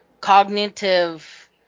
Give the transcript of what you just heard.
cognitive